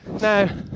Now